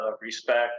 respect